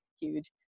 huge